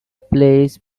plays